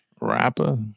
Rapper